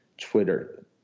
Twitter